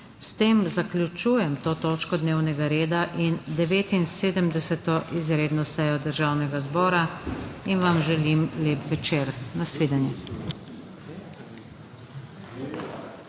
S tem zaključujem to točko dnevnega reda in 79. izredno sejo Državnega zbora in vam želim lep večer! Na svidenje!